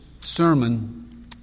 sermon